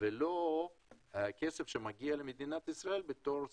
ולא הכסף שמגיע למדינת ישראל בתור